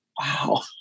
wow